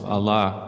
Allah